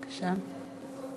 בבקשה.